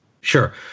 Sure